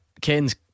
Ken's